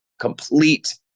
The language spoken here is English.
complete